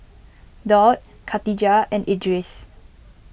Daud Khatijah and Idris